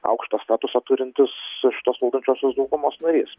aukštą statusą turintis šito valdančiosios daugumos narys